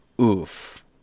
oof